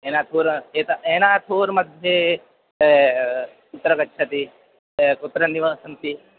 एनाथ्पूर् एते एनाथ्पूर् मध्ये कुत्र गच्छति कुत्र निवसन्ति